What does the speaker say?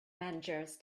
managers